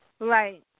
Right